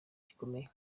gikomeye